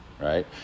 right